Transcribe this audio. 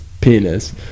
penis